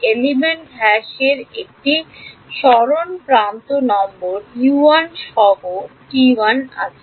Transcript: element a এর একটি স্মরণ প্রান্ত নম্বর U1 সহ আছে